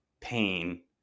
pain